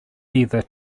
either